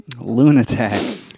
Lunatic